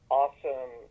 awesome